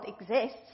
exists